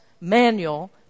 manual